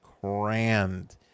crammed